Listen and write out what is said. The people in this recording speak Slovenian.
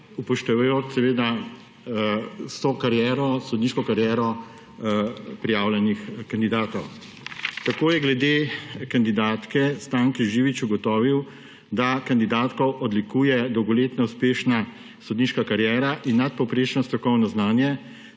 upoštevajoč sodniško kariero prijavljenih kandidatov. Tako je glede kandidatke Stanke Živič ugotovil, da kandidatko odlikuje dolgoletna uspešna sodniška kariera in nadpovprečno strokovno znanje